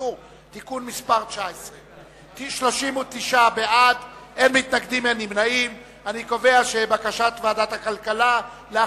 השידור (תיקון מס' 19). הודעת ועדת הכלכלה על רצונה